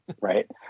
right